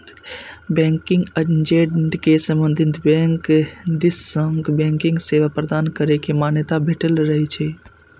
banking agent कें संबंधित bank दिस सं बैंकिंग सेवा प्रदान करै के मान्यता भेटल रहै छै